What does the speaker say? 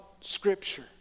Scripture